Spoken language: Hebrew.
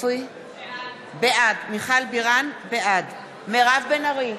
בעד מירב בן ארי,